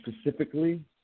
specifically